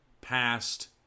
past